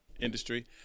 industry